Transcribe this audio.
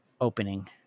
opening